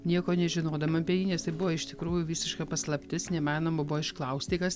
nieko nežinodama apie jį nes buvo iš tikrųjų visiška paslaptis neįmanoma buvo išklausti kas